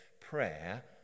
prayer